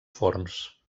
forns